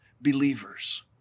believers